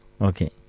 okay